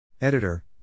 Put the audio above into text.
Editor